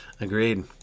Agreed